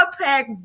pack